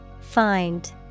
Find